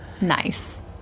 Nice